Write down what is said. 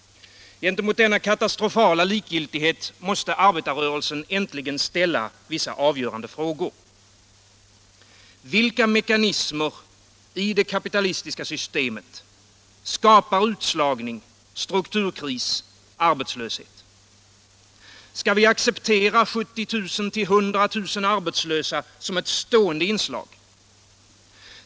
Gentemot denna katastrofala likgiltighet måste arbetarrörelsen äntligen ställa avgörande frågor. Vilka mekanismer i det kapitalistiska systemet skapar utslagning, strukturkris, arbetslöshet? Skall vi acceptera 70 000-100 000 arbetslösa som ett stående inslag?